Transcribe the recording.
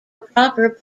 proper